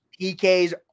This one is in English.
PKs